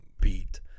beat